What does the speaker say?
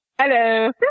Hello